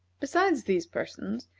besides these persons,